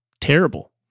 terrible